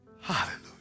hallelujah